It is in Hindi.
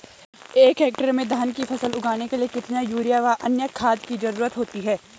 एक हेक्टेयर में धान की फसल उगाने के लिए कितना यूरिया व अन्य खाद की जरूरत होती है?